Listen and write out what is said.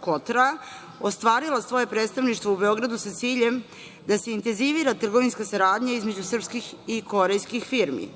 Kotra, ostvarila svoje predstavništvo u Beogradu sa ciljem da se intenzivira trgovinska saradnja između srpskih i korejskih firmi.